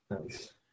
Nice